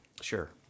Sure